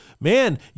man